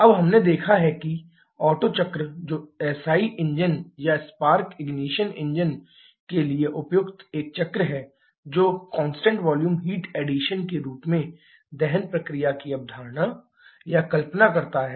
अब हमने देखा है कि ओटो चक्र जो SI इंजन या स्पार्क इग्निशन इंजन के लिए उपयुक्त एक चक्र है जो कांस्टेंट वॉल्यूम हीट एडिशन के रूप में दहन प्रक्रिया की अवधारणा या कल्पना करता है